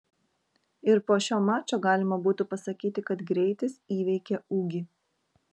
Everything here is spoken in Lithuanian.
ir po šio mačo galima būtų pasakyti kad greitis įveikė ūgį